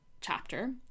chapter